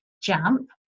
jump